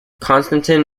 konstantin